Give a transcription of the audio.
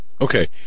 Okay